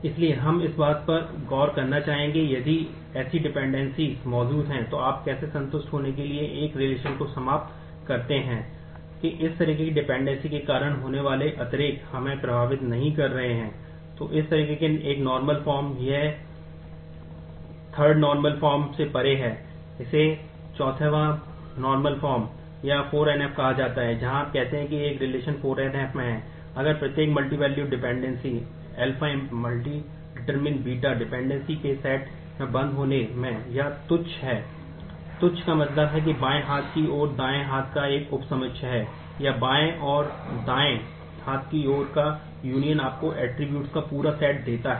इसलिए हम अब इस बात पर गौर करना चाहेंगे कि यदि ऐसी डिपेंडेंसीस देता है